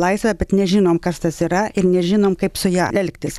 laisvę bet nežinom kas tas yra ir nežinom kaip su ja elgtis